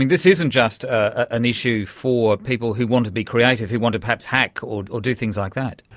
this isn't just an issue for people who want to be creative, who want to perhaps hack or or do things like that.